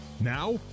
Now